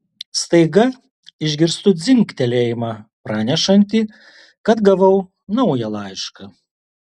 staiga išgirstu dzingtelėjimą pranešantį kad gavau naują laišką